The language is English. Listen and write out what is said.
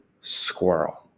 Squirrel